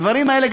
הדברים האלה,